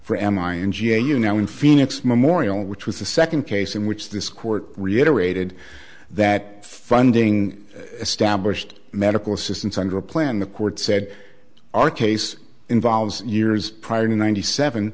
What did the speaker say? for m i n g a you know in phoenix memorial which was the second case in which this court reiterated that funding established medical assistance under a plan the court said our case involves years prior to ninety seven